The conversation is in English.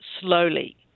slowly